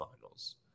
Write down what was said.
finals